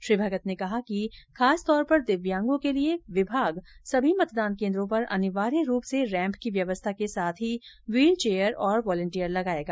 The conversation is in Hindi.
श्री भगत ने कहा कि खासकर दिव्यांगों के लिए विभाग सभी मतदान केंद्रों पर अनिवार्य रूप से रैंप की व्यवस्था के साथ व्हील चेयर और वॉलेंटियर लगायेगा